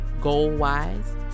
goal-wise